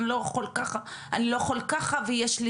יש לי